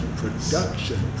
production